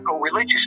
religious